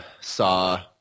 saw